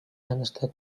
чанартай